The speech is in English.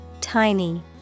tiny